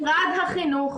משרד החינוך.